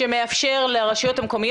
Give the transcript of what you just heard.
אפי אני מבקשת לקבל את תשובתך בתוך שבוע,